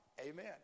Amen